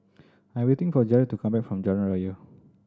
I'm waiting for Jarrett to come back from Jalan Raya